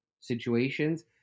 situations